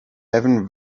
even